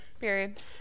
Period